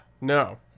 No